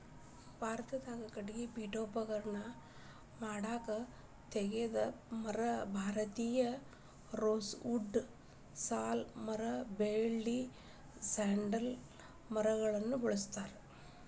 ಭಾರತದಾಗ ಕಟಗಿ ಪೇಠೋಪಕರಣ ಮಾಡಾಕ ತೇಗದ ಮರ, ಭಾರತೇಯ ರೋಸ್ ವುಡ್ ಸಾಲ್ ಮರ ಬೇಳಿ ಸೇಡರ್ ಮರಗಳನ್ನ ಬಳಸ್ತಾರ